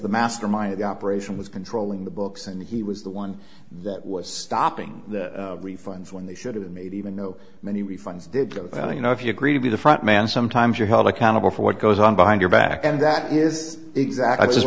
the mastermind of the operation was controlling the books and he was the one that was stopping the refunds when they should have made even know many refunds you know if you agree to be the front man sometimes you're held accountable for what goes on behind your back and that is exactly